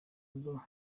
kubwo